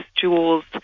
jewels